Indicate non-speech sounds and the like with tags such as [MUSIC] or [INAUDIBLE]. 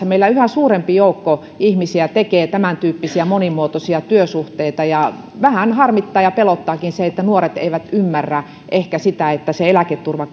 [UNINTELLIGIBLE] meillä yhä suurempi joukko ihmisiä tekee tämäntyyppisiä monimuotoisia työsuhteita ja vähän harmittaa ja pelottaakin se että nuoret eivät ehkä ymmärrä sitä että se eläketurva [UNINTELLIGIBLE]